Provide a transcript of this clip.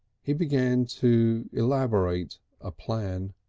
he began to elaborate a plan.